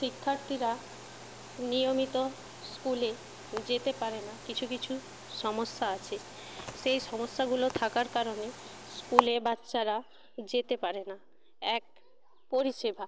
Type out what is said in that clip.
শিক্ষার্থীরা নিয়মিত স্কুলে যেতে পারে না কিছু কিছু সমস্যা আছে সেই সমস্যাগুলো থাকার কারণে স্কুলে বাচ্চারা যেতে পারে না এক পরিষেবা